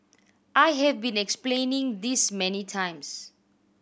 I have been explaining this many times